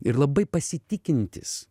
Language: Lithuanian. ir labai pasitikintys